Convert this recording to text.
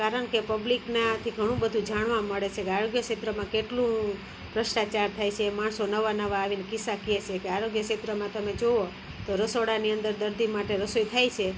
કારણ કે પબ્લિકને આથી ઘણું બધું જાણવા મળે છે કે આરોગ્ય ક્ષેત્રમાં કેટલું ભ્રષ્ટાચાર થાય છે માણસો નવા નવા આવીન કિસ્સા કેસે કે આરોગ્ય ક્ષેત્રમાં તમે જોવો તો રસોડાની અંદર દર્દી માટે રસોઈ થાય છે